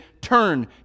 turn